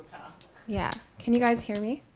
yeah, can you guys hear me?